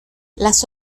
las